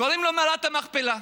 קוראים לו מערת המכפלה.